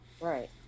right